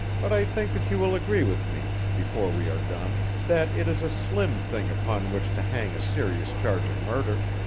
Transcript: but i think that you will agree with me, before we are done, that it is a slim thing upon which to hang a serious charge of murder.